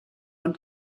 und